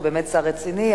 שהוא באמת שר רציני.